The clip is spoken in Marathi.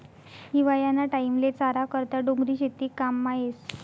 हिवायाना टाईमले चारा करता डोंगरी शेती काममा येस